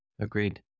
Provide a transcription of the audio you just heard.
Agreed